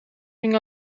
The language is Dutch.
ging